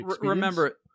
remember